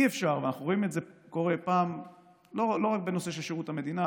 אנחנו רואים את זה קורה לא רק בנושא של שירות המדינה.